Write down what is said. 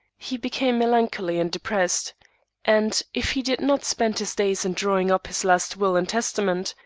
he became melancholy and depressed and, if he did not spend his days in drawing up his last will and testament,